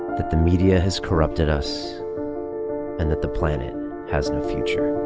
that the media has corrupted us and that the planet has no future.